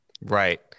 Right